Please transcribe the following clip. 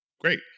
great